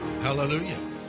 Hallelujah